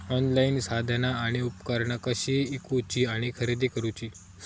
Online साधना आणि उपकरणा कशी ईकूची आणि खरेदी करुची?